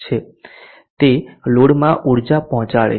તે લોડમાં ઊર્જા પહોંચાડે છે